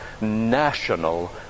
national